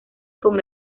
con